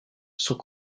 sont